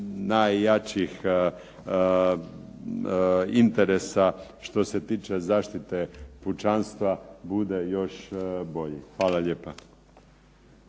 najjačih interesa što se tiče zaštite pučanstva bude još bolji. Hvala lijepa.